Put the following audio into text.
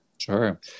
Sure